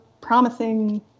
promising